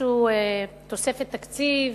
דורשת תוספת תקציב